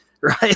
right